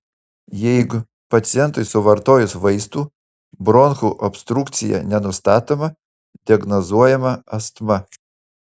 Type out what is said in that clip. jeigu pacientui suvartojus vaistų bronchų obstrukcija nenustatoma diagnozuojama astma